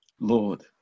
Lord